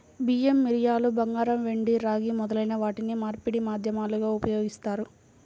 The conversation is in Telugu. బియ్యం, మిరియాలు, బంగారం, వెండి, రాగి మొదలైన వాటిని మార్పిడి మాధ్యమాలుగా ఉపయోగిస్తారు